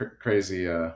crazy